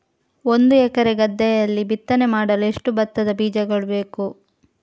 ಒಂದು ಎಕರೆ ಗದ್ದೆಯಲ್ಲಿ ಬಿತ್ತನೆ ಮಾಡಲು ಎಷ್ಟು ಭತ್ತದ ಬೀಜಗಳು ಬೇಕು?